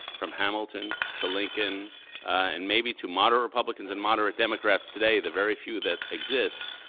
from hamilton to lincoln and maybe to moderate republicans and moderate democrats today, the very few that exist.